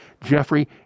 Jeffrey